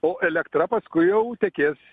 o elektra paskui jau tekės